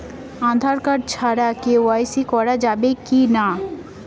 Aadhaar card ছাড়া KYC করা যাবে কি না?